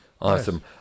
awesome